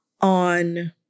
on